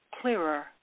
clearer